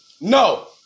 No